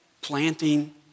planting